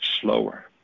slower